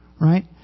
right